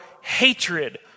hatred